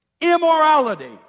immorality